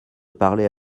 parler